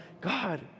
God